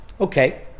Okay